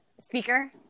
speaker